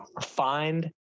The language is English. find